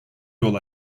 yol